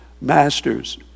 masters